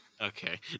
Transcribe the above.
Okay